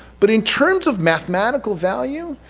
but in terms of mathematical value,